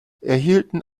erhielten